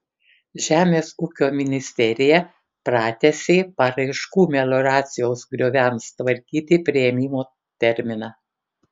žemės ūkio ministerija pratęsė paraiškų melioracijos grioviams tvarkyti priėmimo terminą